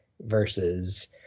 versus